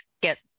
get